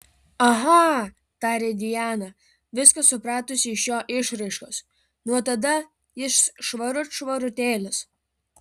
aha tarė diana viską supratusi iš jo išraiškos nuo tada jis švarut švarutėlis